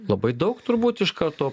labai daug turbūt iš karto